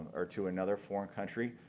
or to another foreign country,